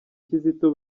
kizito